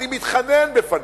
אני מתחנן בפניך,